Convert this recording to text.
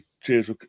Cheers